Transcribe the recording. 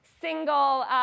single